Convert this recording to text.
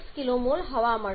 676 kmol હવા મળશે